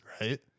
right